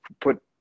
put